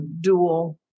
dual